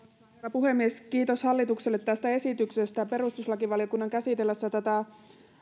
puhemies kiitos hallitukselle tästä esityksestä perustuslakivaliokunnan käsitellessä tätä